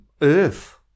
earth